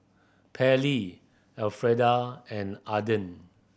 Pairlee Elfreda and Ardeth